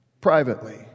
privately